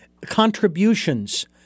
contributions